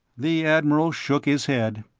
the admiral shook his head.